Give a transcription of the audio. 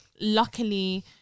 luckily